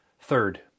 Third